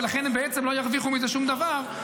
ולכן הם לא ירוויחו מזה שום דבר.